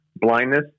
blindness